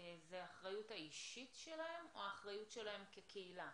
זה האחריות האישית שלהם או האחריות שלהם כקהילה?